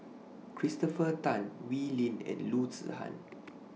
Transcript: Christopher Tan Wee Lin and Loo Zihan